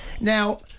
Now